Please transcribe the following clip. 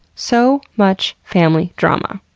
so. much. family. drama.